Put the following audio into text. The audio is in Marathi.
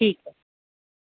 ठीक आहे